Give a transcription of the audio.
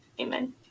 Amen